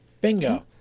Bingo